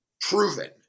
proven